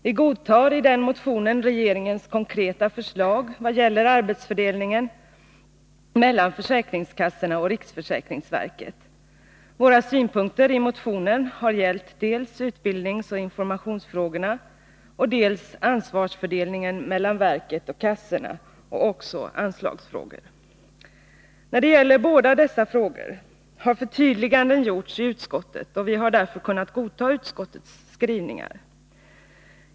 Vi godtar i den motionen regeringens konkreta förslag vad gäller arbetsfördelningen mellan försäkringskassorna och riksförsäkringsverket. Våra synpunkter i motionen har gällt dels utbildningsoch informationsfrågorna, dels ansvarsfördelningen mellan verket och kassorna, liksom anslagsfrågor. När det gäller båda dessa frågor har förtydliganden gjorts i utskottet, och vi har därför kunnat godta utskottets skrivningar.